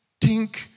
tink